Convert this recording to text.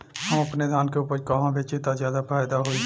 हम अपने धान के उपज कहवा बेंचि त ज्यादा फैदा होई?